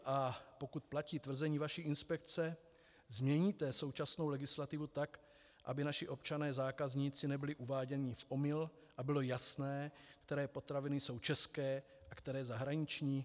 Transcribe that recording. A pokud platí tvrzení vaší inspekce, změníte současnou legislativu tak, aby naši občané zákazníci nebyli uváděni v omyl a bylo jasné, které potraviny jsou české a které zahraniční?